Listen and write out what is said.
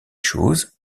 choses